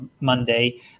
Monday